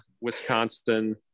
Wisconsin